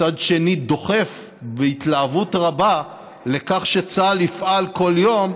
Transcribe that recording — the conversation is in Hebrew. מצד שני דוחף בהתלהבות רבה לכך שצה"ל יפעל כל יום,